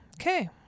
okay